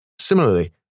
Similarly